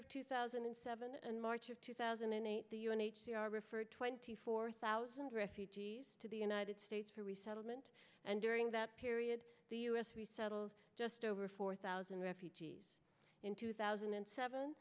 of two thousand and seven and march of two thousand and eight the u n h c r referred twenty four thousand refugees to the united states for resettlement and during that period the us resettled just over four thousand refugees in two thousand and seven